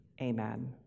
amen